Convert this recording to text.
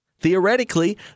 Theoretically